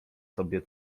sobie